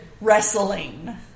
wrestling